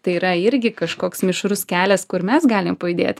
tai yra irgi kažkoks mišrus kelias kur mes galim pajudėt